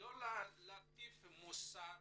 לא להטיף מוסר